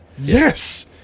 Yes